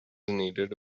needed